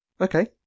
Okay